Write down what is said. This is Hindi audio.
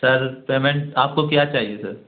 सर पेमेंट आपको क्या चाहिए सर